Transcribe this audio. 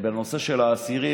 בנושא של העצירים,